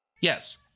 Yes